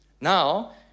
Now